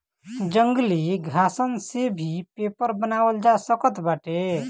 जंगली घासन से भी पेपर बनावल जा सकत बाटे